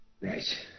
Right